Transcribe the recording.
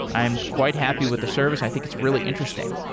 i am quite happy with the service. i think it's really interesting.